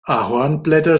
ahornblätter